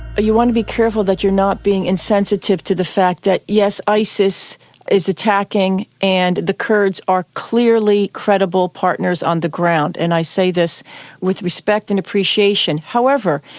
you want to be careful that you are not being insensitive to the fact that yes, isis is attacking and the kurds are clearly credible partners on the ground, and i say this with respect and appreciation. however,